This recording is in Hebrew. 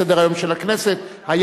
הכנסת חיים כץ,